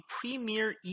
premier